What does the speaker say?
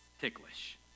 ticklish